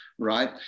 right